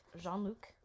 Jean-Luc